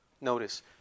Notice